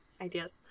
ideas